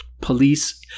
police